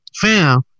fam